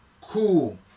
Cool